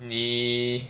你